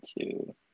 two